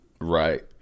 Right